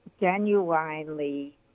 genuinely